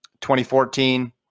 2014